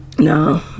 No